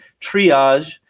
triage